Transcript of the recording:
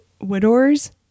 Widowers